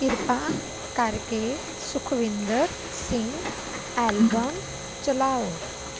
ਕਿਰਪਾ ਕਰਕੇ ਸੁਖਵਿੰਦਰ ਸਿੰਘ ਐਲਬਮ ਚਲਾਓ